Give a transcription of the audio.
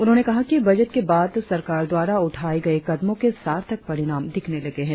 उन्होंने कहा कि बजट के बाद सरकार द्वारा उठाए गये कदमों के सार्थक परिणाम दिखने लगे हैं